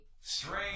Strange